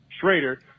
Schrader